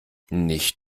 nicht